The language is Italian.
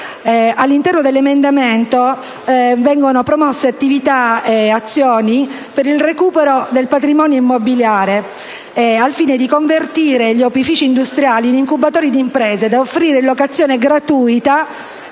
All'interno dell'emendamento vengono promosse attività ed azioni per il recupero del patrimonio immobiliare al fine di convertire gli opifici industriali in incubatori di imprese da offrire in locazione gratuita,